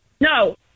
No